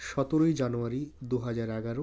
সতেরোই জানুয়ারি দু হাজার এগারো